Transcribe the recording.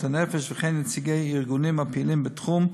הנפש וכן נציגי ארגונים הפעילים בתחום,